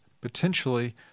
potentially